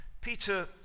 Peter